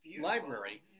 Library